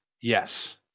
yes